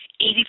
Eighty